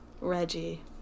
Reggie